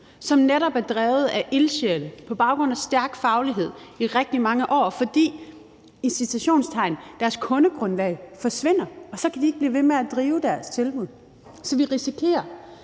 som netop er drevet af ildsjæle på baggrund af stærk faglighed i rigtig mange år, fordi i citationstegn deres kundegrundlag forsvinder, og så kan de ikke blive ved med at drive deres tilbud. Så vi risikerer,